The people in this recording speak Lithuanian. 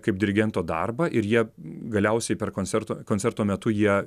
kaip dirigento darbą ir jie galiausiai per koncertą koncerto metu jie